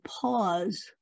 pause